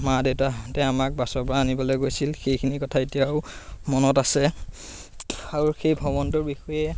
মা দেউতাহঁতে আমাক বাছৰ পৰা আনিবলৈ গৈছিল সেইখিনি কথা এতিয়াও মনত আছে আৰু সেই ভ্ৰমণটোৰ বিষয়ে